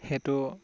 সেইটো